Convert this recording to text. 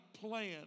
plan